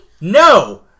No